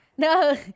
No